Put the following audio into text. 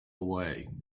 away